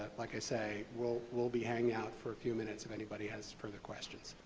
like i say, we'll we'll be hanging out for a few minutes if anybody has further questions.